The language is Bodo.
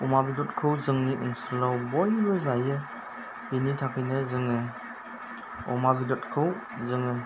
अमा बेदरखौ जोंनि ओनसोलाव बयबो जायो बिनि थाखायनो जोङो अमा बेदरखौ जोङो